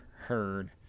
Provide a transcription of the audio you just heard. heard